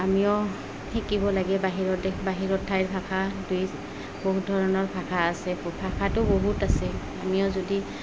আমিও শিকিব লাগে বাহিৰৰ দেশ বাহিৰৰ ঠাইৰ ভাষা দুই বহুত ধৰণৰ ভাষা আছে ভাষাটো বহুত আছে আমিও যদি